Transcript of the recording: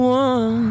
one